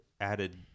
added